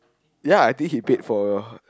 ya I think he paid for